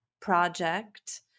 project